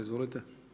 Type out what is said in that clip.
Izvolite.